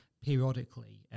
periodically